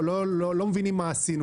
אנחנו לא מבינים מה עשו לנו.